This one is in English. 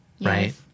right